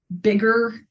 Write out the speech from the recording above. bigger